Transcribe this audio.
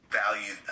value